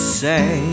say